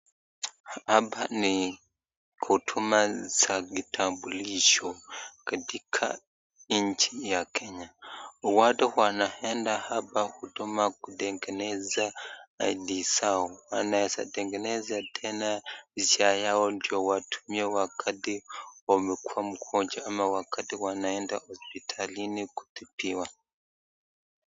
Hapa ni huduma za kitambulisho katika nchi ya Kenya, watu wanenda hapa kutuma kutengeneza ID zao wanaweza tengeneza tena SHA yao ndio waweze kutumia wakati wamekua mgonjwa ama wakati wanaenda hospitalini kutibiwa.